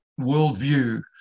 worldview